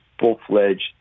full-fledged